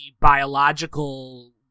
biological